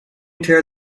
tear